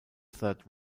third